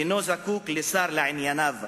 אינם זקוקים לשר לענייניהם.